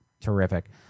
Terrific